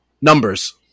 Numbers